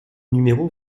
numéro